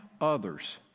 others